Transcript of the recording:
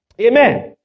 Amen